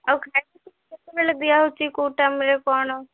ଆଉ ଖାଇବାକୁ କେତେବେଳେ ଦିଆହେଉଛି କେଉଁ ଟାଇମରେ କ'ଣ